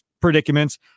predicaments